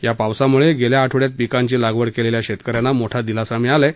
या पावसामुळे गेल्या आठवड्यात पिकांची लागवड केलेल्या शेतकऱ्यांना मोठा दिलासा मिळाला आहे